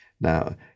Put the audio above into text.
Now